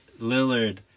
Lillard